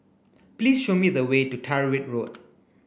please show me the way to Tyrwhitt Road